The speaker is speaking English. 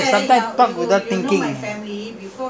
no ah I'm not living there I visit there